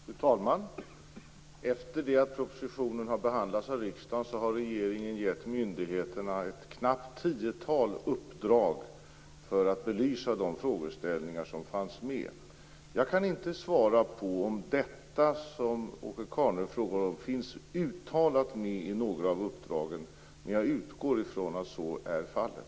Fru talman! Efter det att propositionen har behandlats av riksdagen har regeringen gett myndigheterna ett knappt tiotal uppdrag för att belysa de frågeställningar som fanns med. Jag kan inte svara på om det som Åke Carnerö frågar om finns uttalat med i några av uppdragen, men jag utgår från att så är fallet.